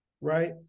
right